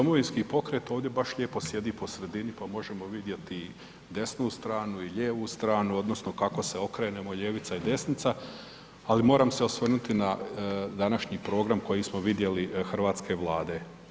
Domovinski pokret ovdje baš lijepo sjedi po sredini pa možemo vidjeti desnu stranu i lijevu stranu odnosno kako se okrenemo ljevica i desnica, ali moram se osvrnuti na današnji program koji smo vidjeli hrvatske Vlade.